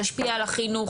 תשפיע על החינוך,